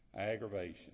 Aggravation